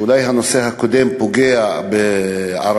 אולי הנושא הקודם פוגע בערבים,